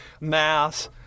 mass